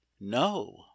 no